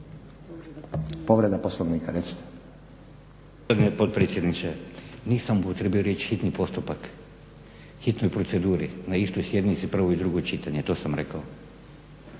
rada)** Gospodine potpredsjedniče. Nisam upotrijebio riječ hitni postupak, hitnoj proceduri na istoj sjednici prvo i drugo čitanje. To sam rekao.